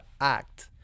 act